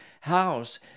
house